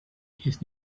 his